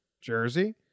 jersey